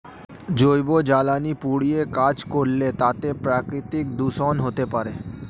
জৈব জ্বালানি পুড়িয়ে কাজ করলে তাতে প্রাকৃতিক দূষন হতে পারে